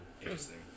Interesting